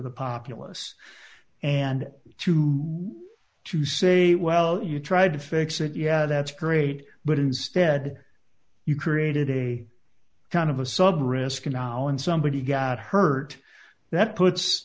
the populace and to to say well you tried to fix it yeah that's great but instead you created a kind of a sudden risk a nolen somebody got hurt that puts